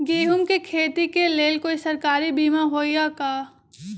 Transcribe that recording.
गेंहू के खेती के लेल कोइ सरकारी बीमा होईअ का?